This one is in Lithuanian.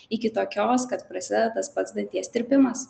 iki tokios kad prasideda tas pats danties tirpimas